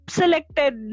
selected